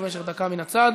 דקה מן הצד.